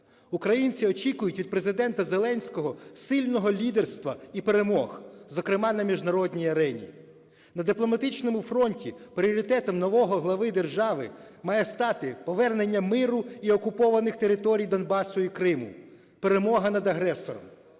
Українці очікують від Президента Зеленського сильного лідерства і перемог, зокрема на міжнародній арені. На дипломатичному фронті пріоритетом нового глави держави має стати повернення миру і окупованих територій Донбасу і Криму, перемога над агресором.